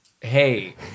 hey